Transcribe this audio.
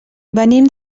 venim